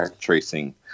tracing